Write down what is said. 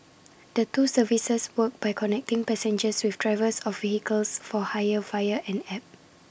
the two services work by connecting passengers with drivers of vehicles for hire via an app